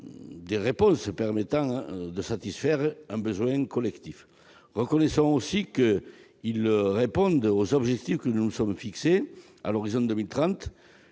ce qu'ils permettent de satisfaire un besoin collectif. Reconnaissons aussi qu'ils permettent de répondre aux objectifs que nous nous sommes fixés à l'horizon 2030,